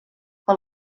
pel